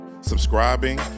subscribing